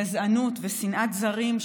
גזענות ושנאת זרים,